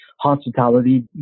hospitality